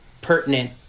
pertinent